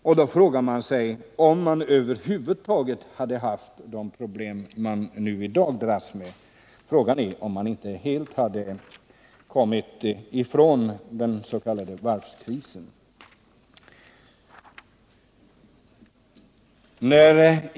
Jag frågar mig om man över huvud taget hade haft de problem man i dag dras med, om man genomfört våra förslag. Frågan är om man inte helt hade kommit ifrån den s.k. varvskrisen.